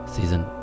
Season